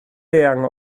eang